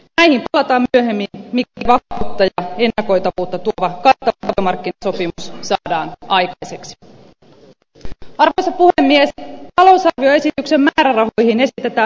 fbin eniten mitta ja hope niin voita mutta tupakka näihin palataan myöhemmin mikäli vakautta ja ennakoitavuutta tuova kattava työmarkkinasopimus saa daan aikaiseksi